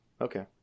Okay